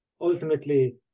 Ultimately